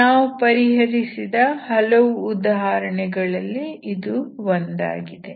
ನಾವು ಪರಿಹರಿಸಿದ ಹಲವು ಉದಾಹರಣೆಗಳಲ್ಲಿ ಇದು ಒಂದಾಗಿದೆ